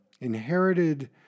inherited